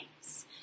thanks